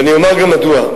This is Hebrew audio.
ואני אומר גם מדוע.